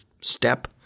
step